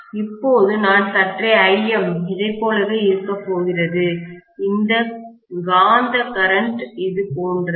இப்போது நான் சற்றே Im இதைப் போலவே இருக்கப் போகிறது காந்த கரண்ட் இது போன்றது